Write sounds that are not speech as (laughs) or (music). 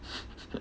(laughs)